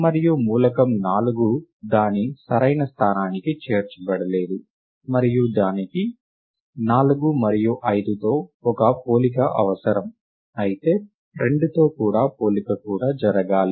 మరియు మూలకం నాలుగు దాని సరైన స్థానానికి చేర్చబడలేదు మరియు దీనికి నాలుగు మరియు ఐదుతో ఒక పోలిక అవసరం అయితే రెండుతో పోలిక కూడా జరగాలి